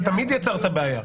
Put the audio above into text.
זה תמיד יצר את הבעיה.